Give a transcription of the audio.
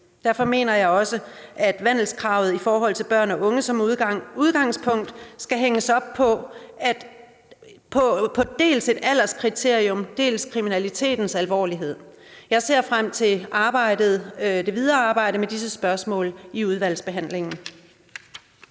Derfor mener jeg også, at vandelskravet for børn og unge som udgangspunkt skal hænges op på dels et alderskriterium, dels kriminalitetens alvor. Jeg ser frem til det videre arbejde med disse spørgsmål under udvalgsbehandlingen.